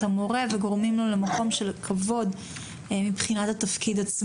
המורה וגורמים שיגיע למקום של כבוד מבחינת התפקיד.